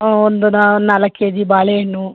ಹ್ಞೂ ಒಂದು ನಾಲ್ಕು ಕೆಜಿ ಬಾಳೆಹಣ್ಣು